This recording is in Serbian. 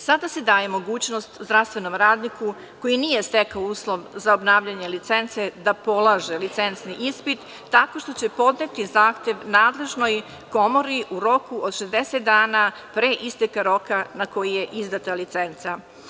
Sada se daje mogućnost zdravstvenom radniku koji nije stekao uslov za obnavljanje licence da polaže licencni ispit tako što će podneti zahtev nadležnoj komori u roku od 60 dana pre isteka roka na koji je izdata licenca.